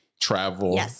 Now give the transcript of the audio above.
travel